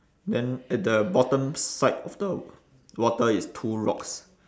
then at the bottom side of the water is two rocks